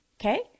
Okay